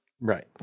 Right